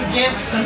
gifts